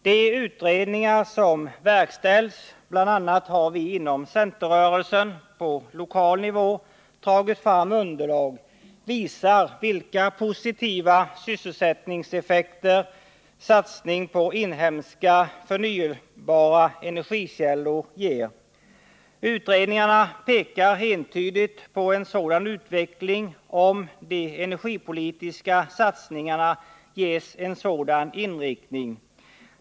De utredningar som verkställts — bl.a. har vi inom centerrörelsen på lokal nivå tagit fram underlag — visar vilka positiva sysselsättningseffekter satsning på inhemska, förnybara energikällor ger. Utredningarna pekar entydigt på en sådan utveckling om de energipolitiska satsningarna ges den inriktningen.